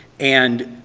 and,